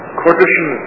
quotation